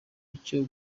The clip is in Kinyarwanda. icyo